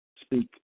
speak